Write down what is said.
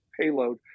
payload